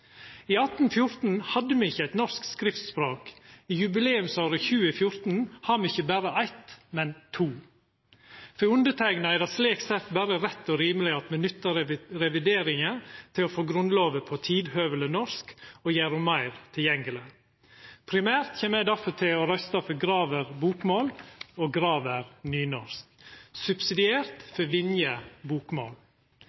I 1814 hadde me ikkje eit norsk skriftspråk. I jubileumsåret 2014 har me ikkje berre eitt, men to. For underteikna er det slik sett berre rett og rimeleg at me nyttar revideringa til å få Grunnlova på tidhøveleg norsk og gjer ho meir tilgjengeleg. Primært kjem eg derfor til å røysta for Graver bokmål og Graver nynorsk,